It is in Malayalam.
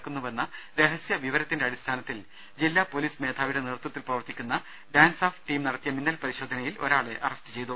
നടക്കുന്നുവെന്ന രഹസ്യവിവരത്തിന്റെ അടിസ്ഥാനത്തിൽ ജില്ലാ പൊലീസ് മേധാവിയുടെ നേതൃത്വത്തിൽ പ്രവർത്തിക്കുന്ന ഡാൻസാഫ് ടീം നടത്തിയ മിന്നൽ പരിശോധനയിൽ ഒരാളെ അറസ്റ്റ് ചെയ്തു